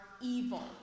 evil